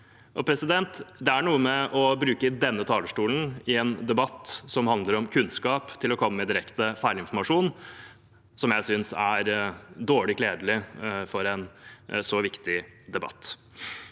forsinkelse. Det er noe med å bruke denne talerstolen i en debatt som handler om kunnskap, til å komme med direkte feilinformasjon, noe som jeg synes kler en så viktig debatt